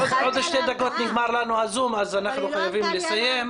עוד שתי דקות נגמר לנו הזום, אנחנו חייבים לסיים.